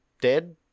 dead